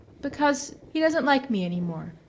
because he doesn't like me any more,